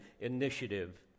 initiative